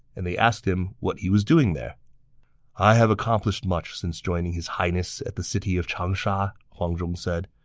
and they asked him what he was doing there i have accomplished much since joining his highness at the city of changsha, huang zhong said.